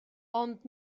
ond